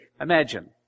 Imagine